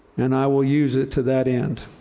and i will use it to that end.